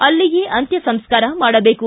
ಅಲ್ಲಿಯೇ ಅಂತ್ಯಸಂಸ್ಕಾರ ಮಾಡಬೇಕು